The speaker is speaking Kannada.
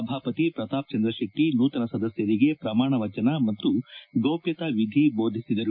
ಸಭಾಪತಿ ಪ್ರತಾಪ್ ಚಂದ್ರ ಶೆಟ್ಟಿ ನೂತನ ಸದಸ್ಕರಿಗೆ ಪ್ರಮಾಣವಚನ ಮತ್ತು ಗೌಪ್ಯತಾ ವಿಧಿ ಬೋಧಿಸಿದರು